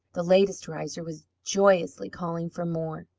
the latest riser, was joyously calling for more.